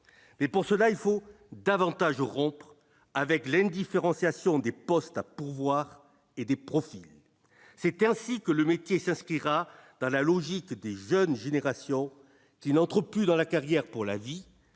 mais pour cela il faut davantage rompre avec l'indifférenciation des postes à pourvoir et des profits, c'est ainsi que le métier, c'est ce qui ira dans la logique des jeunes générations qui n'entre plus dans la carrière pour la vie,